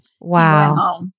Wow